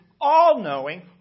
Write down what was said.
all-knowing